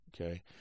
Okay